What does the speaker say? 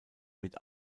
mit